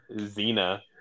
Zena